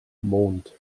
mond